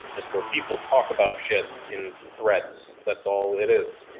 it's where people talk about shit in threads. that's all it is.